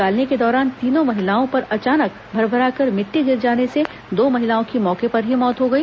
निकालने के दौरान तीनों महिलाओं पर अचानक भरभराकर मिट्टी गिर जाने से दो महिलाओं की मौके पर ही मौत हो गई